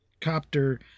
copter